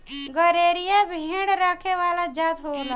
गरेरिया भेड़ रखे वाला जात होला